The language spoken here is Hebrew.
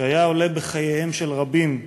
שהיה עולה בחייהם של רבים.